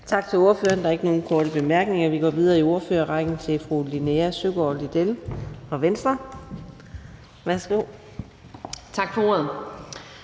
Tak til ordføreren. Der er ikke nogen korte bemærkninger. Vi går videre i ordførerrækken til fru Linea Søgaard-Lidell fra Venstre. Værsgo. Kl.